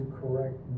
correct